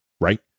right